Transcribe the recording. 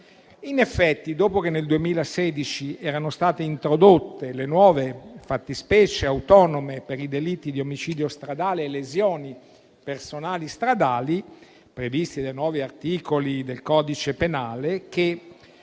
In effetti, dopo che nel 2016 erano state introdotte le nuove fattispecie autonome per i delitti di omicidio stradale e lesioni personali stradali, previsti dai nuovi articoli del codice penale